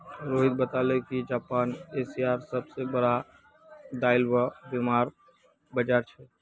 रोहित बताले कि जापान एशियार सबसे बड़ा दायित्व बीमार बाजार छे